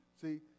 See